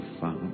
Father